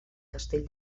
castell